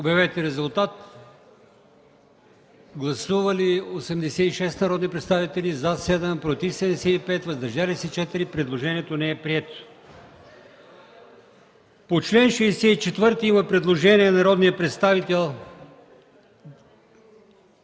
Моля, гласувайте. Гласували 86 народни представители: за 7, против 75, въздържали се 4. Предложението не е прието. По чл. 64 има предложение на народния представител…